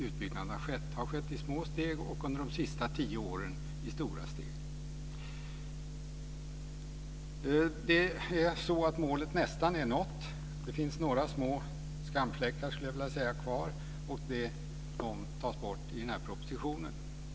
Utbyggnaden har skett i små steg men under de senaste tio åren i stora steg. Målet är nästan nått. Några få återstående skamfläckar - jag skulle vilja kalla det så - tas bort genom den här propositionen.